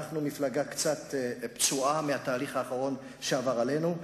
אנחנו מפלגה קצת פצועה מהתהליך האחרון שעבר עלינו,